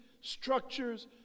structures